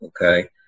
okay